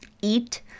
eat